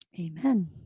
Amen